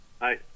Hi